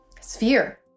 sphere